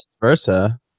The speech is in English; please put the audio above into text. versa